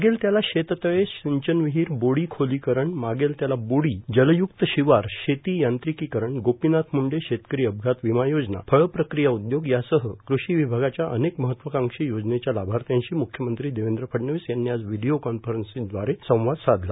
मागेल त्याला शेततळे सिंचन विहिर बोडी खोलीकरण मागेल त्याला बोडी जलय्क् शिवार शेती यांत्रिकीकरण गोपीनाथ मुंढे शेतकरी अपघात विमा योजना फळप्रक्रिया उदयोग यासह कृषि विभागाच्या अनेक महत्वांकाक्षी योजनेच्या लाभार्थ्यांशी म्ख्यमंत्री देवेंद्र फडणवीस यांनी आज व्हिडिओ कॉन्सफरन्सद्वारे संवाद साधला